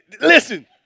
listen